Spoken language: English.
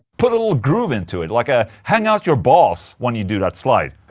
put a little groove into it, like ah hang out your balls when you do that slide